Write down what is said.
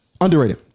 Underrated